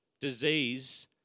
disease